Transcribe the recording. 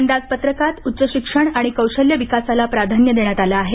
अंदाजपत्रकात उच्चशिक्षण आणि कौशल्य विकासाला प्राधान्य देण्यात आले आहे